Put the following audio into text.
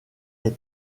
est